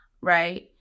right